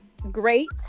great